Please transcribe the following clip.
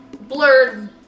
blurred